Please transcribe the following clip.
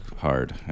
Hard